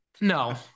No